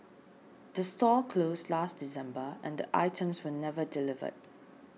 the store closed last December and the items were never delivered